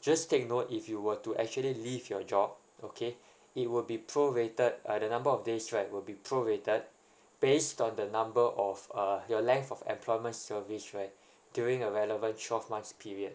just take note if you were to actually leave your job okay it would be pro rated err the number of days right will be pro rated based on the number of uh your length of employment service right during a relevant twelve months period